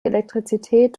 elektrizität